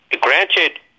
granted